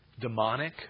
demonic